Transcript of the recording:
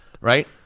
right